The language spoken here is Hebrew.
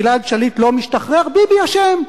גלעד שליט לא משתחרר, ביבי אשם.